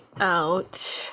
out